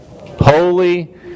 Holy